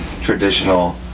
traditional